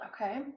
Okay